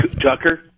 Tucker